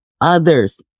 others